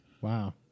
Wow